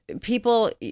people